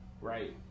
Right